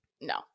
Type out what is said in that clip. No